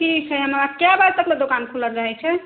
ठीक हइ हमरा कै बजे तकले दोकान खुलल रहैत छै